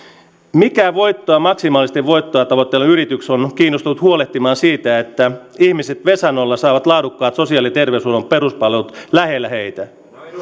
mikä voittoa maksimaalista voittoa tavoitteleva yritys on kiinnostunut huolehtimaan siitä että ihmiset vesannolla saavat laadukkaat sosiaali ja terveydenhuollon peruspalvelut lähellä heitä